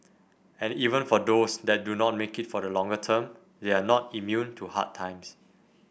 and even for those that do not make it for the longer term they are not immune to hard times